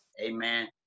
Amen